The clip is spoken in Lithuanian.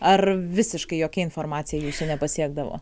ar visiškai jokia informacija jūsų nepasiekdavo